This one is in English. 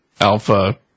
Alpha